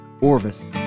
Orvis